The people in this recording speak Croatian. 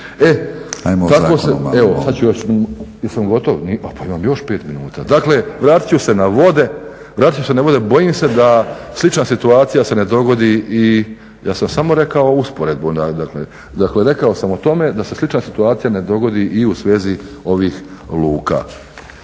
**Grubišić, Boro (HDSSB)** Jesam gotov? A pa imam još pet minuta. Dakle vratit ću se na vode. Bojim se da se slična situacija ne dogodi i ja sam samo rekao usporedbu, dakle rekao sam o tome da se slična situacija ne dogodi i u svezi ovih luka,